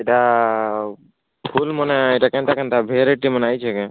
ଏଇଟା ଫୁଲ୍ମାନେ ଏଇଟା କେନ୍ତା କେନ୍ତା ଭେରାଇଟି ମାନେ ଆଇଛେଁ କେଁ